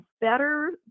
better